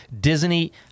Disney